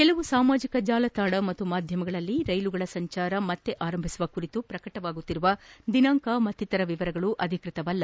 ಕೆಲವು ಸಾಮಾಜಿಕ ತಾಣ ಹಾಗೂ ಮಾಧ್ಯಮಗಳಲ್ಲಿ ರೈಲುಗಳ ಸಂಚಾರ ಮನರಾರಂಭ ಕುರಿತು ಪ್ರಕಟವಾಗುತ್ತಿರುವ ದಿನಾಂಕ ಮತ್ತಿತರ ವಿವರಗಳು ಅಧಿಕೃತವಲ್ಲ